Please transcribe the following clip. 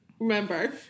Remember